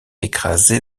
écrasée